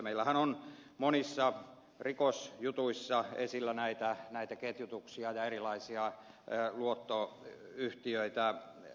meillähän on monissa rikosjutuissa esillä näitä ketjutuksia ja erilaisia luottoyhtiöitä